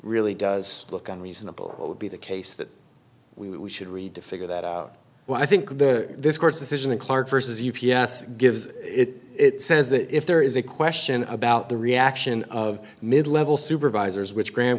really does look and reasonable what would be the case that we should read to figure that out well i think the this court's decision in clark versus u p s gives it says that if there is a question about the reaction of mid level supervisors which gra